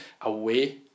away